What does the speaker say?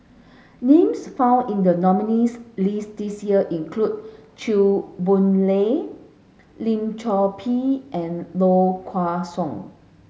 names found in the nominees' list this year include Chew Boon Lay Lim Chor Pee and Low Kway Song